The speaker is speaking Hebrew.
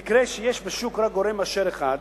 במקרה שיש בשוק רק גורם מאשר אחד,